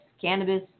cannabis